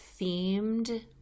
themed